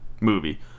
movie